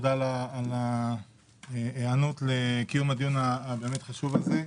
על ההיענות לקיום הדיון החשוב הזה.